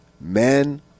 men